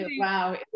Wow